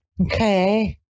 Okay